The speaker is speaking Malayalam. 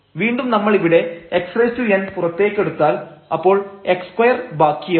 വീണ്ടും നമ്മൾ ഇവിടെ xn പുറത്തേക്കെടുത്താൽ അപ്പോൾ x 2 ബാക്കിയാവും